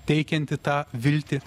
teikianti tą viltį